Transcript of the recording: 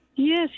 Yes